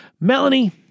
Melanie